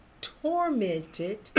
tormented